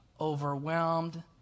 overwhelmed